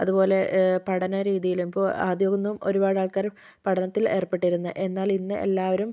അതുപോലെ പഠനരീതിയിലും ഇപ്പോൾ ആദ്യം ഒന്നും ഒരുപാട് ആള്ക്കാർ പഠനത്തില് ഏര്പ്പെട്ടിരുന്നില്ല എന്നാല് ഇന്ന് എല്ലാവരും